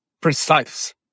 precise